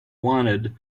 wanted